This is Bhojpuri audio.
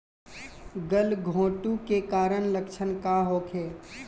गलघोंटु के कारण लक्षण का होखे?